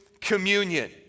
communion